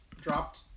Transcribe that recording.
Dropped